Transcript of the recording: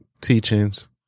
teachings